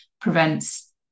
prevents